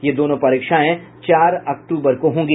ये दोनों परीक्षाएं चार अक्टूबर को होंगी